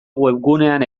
webgunean